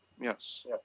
Yes